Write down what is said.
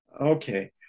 Okay